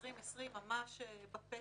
2020 ממש בפתח.